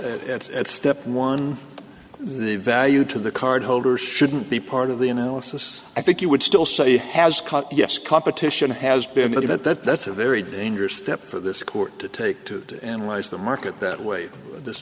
it's at step one the value to the card holder shouldn't be part of the analysis i think you would still say he has cut yes competition has been that that that's a very dangerous step for this court to take to enrage the market that way th